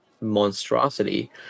monstrosity